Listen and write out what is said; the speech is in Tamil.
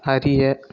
அறிய